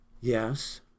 Yes